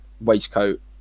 waistcoat